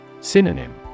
Synonym